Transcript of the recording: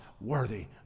worthy